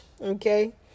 okay